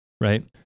right